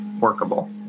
workable